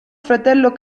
fratello